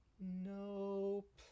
nope